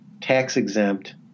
tax-exempt